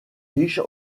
riche